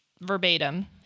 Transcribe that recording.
verbatim